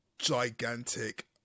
Gigantic